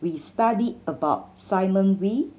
we studied about Simon Wee